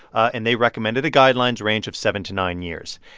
and they recommended the guidelines range of seven to nine years.